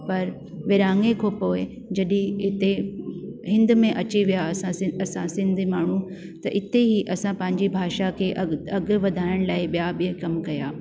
पर विरहांगे खां पोइ जॾहिं हिते हिंद में अची विया असां सि असां सिंधी माण्हू त इते ही असां पंहिंजी भाषा खे अॻु अॻे वधाइण लाइ ॿिया बि कमु कया